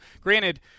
granted